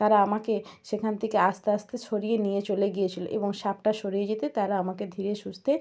তারা আমাকে সেখান থেকে আস্তে আস্তে সরিয়ে নিয়ে চলে গিয়েছিল এবং সাপটা সরে যেতে তারা আমাকে ধীরে সুস্থে